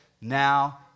now